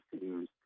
seems